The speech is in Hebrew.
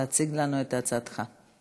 להציג לנו את הצעתך.